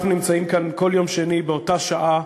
אנחנו נמצאים כאן כל יום שני באותה שעה,